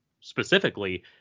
specifically